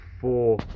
four